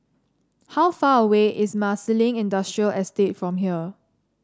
how far away is Marsiling Industrial Estate from here